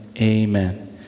Amen